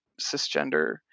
cisgender